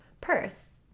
Purse